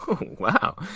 Wow